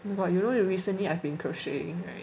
oh my god you know recently I've been crocheting [right]